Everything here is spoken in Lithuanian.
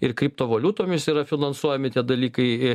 ir kriptovaliutomis yra finansuojami tie dalykai